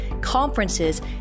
conferences